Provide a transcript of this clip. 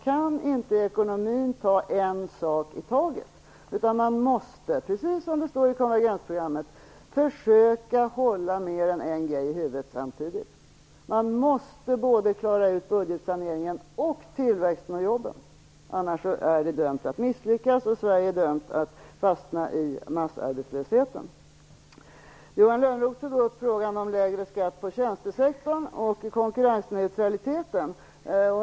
Beträffande ekonomin kan man inte ta en sak i taget. Man måste - precis som det står i konvergensprogrammet - försöka att hålla mer än en grej i huvudet samtidigt. Man måste klara ut både budgetsaneringen och tillväxten av jobben. Annars är det hela dömt att misslyckas, och Sverige fastnar då i massarbetslösheten. Johan Lönnroth tog upp frågan om lägre skatt på tjänstesektorn och konkurrensneutralitet.